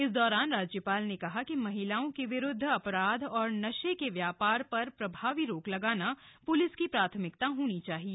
इस दौरान राज्यपाल ने कहा कि महिलाओं के विरुद्ध अपराध और नशे के व्यापार पर प्रभावी रोक लगाना प्लिस की प्राथमिकता होनी चाहिए